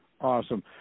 Awesome